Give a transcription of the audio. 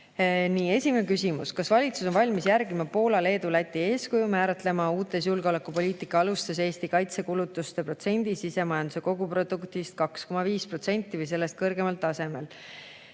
Esimene küsimus: "Kas valitsus on valmis järgima Poola, Leedu ja Läti eeskuju ning määratlema uutes julgeolekupoliitika alustes Eesti kaitsekulutuste protsendi sisemajanduse koguproduktist 2,5% või sellest kõrgemal tasemel?"